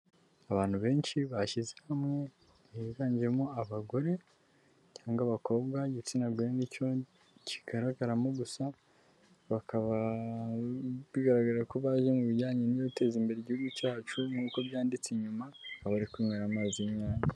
Abantu benshi bashyize hamwe higanjemo abagore cyangwa abakobwa, igitsina gore ni cyo kigaragaramo gusa, bakaba bigaragara ko baje mu bijyanye no guteza imbere igihugu cyacu nk'uko byanditse inyuma, bakaba bari kunywera amazi y'Inyange.